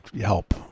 help